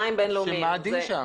שמה הדין שם?